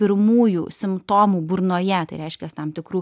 pirmųjų simptomų burnoje tai reiškias tam tikrų